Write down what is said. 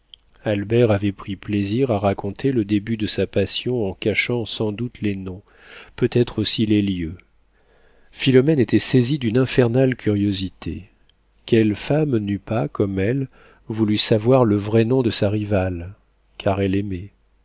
albert avait pris plaisir à raconter le début de sa passion en cachant sans doute les noms peut-être aussi les lieux philomène était saisie d'une infernale curiosité quelle femme n'eût pas comme elle voulu savoir le vrai nom de sa rivale car elle aimait